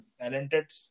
Talented